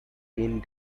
end